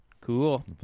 cool